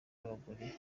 b’abagore